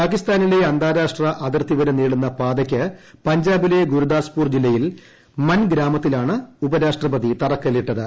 പാകിസ്ഥാനിലെ അന്താരാഷ്ട്ര അതിർത്തി വരെ നീളുന്ന പാതയ്ക്ക് പഞ്ചാബിൽ ഗുർദാസ്പൂർ ജില്ലയിലെ മൻ ഗ്രാമത്തിലാണ് ഉപരാഷ്ട്രപതി തറക്കല്ലിട്ടത്